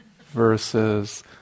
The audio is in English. versus